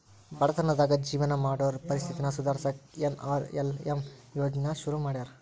ಬಡತನದಾಗ ಜೇವನ ಮಾಡೋರ್ ಪರಿಸ್ಥಿತಿನ ಸುಧಾರ್ಸಕ ಎನ್.ಆರ್.ಎಲ್.ಎಂ ಯೋಜ್ನಾ ಶುರು ಮಾಡ್ಯಾರ